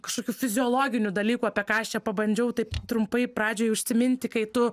kažkokių fiziologinių dalykų apie ką aš čia pabandžiau taip trumpai pradžioj užsiminti kai tu